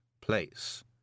place